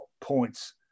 points